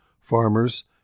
Farmers